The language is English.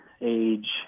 age